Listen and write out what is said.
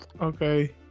Okay